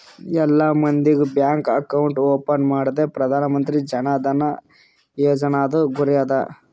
ಎಲ್ಲಾ ಮಂದಿಗ್ bank account open ಮಾಡದೆ ಪ್ರಧಾನ್ ಮಂತ್ರಿ ಜನ್ ಧನ ಯೋಜನಾದು ಗುರಿ ಅದ